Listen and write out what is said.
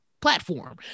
platform